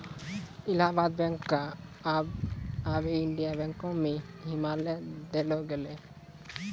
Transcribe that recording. Allahabad bank क आबै Indian बैंको मे मिलाय देलो गेलै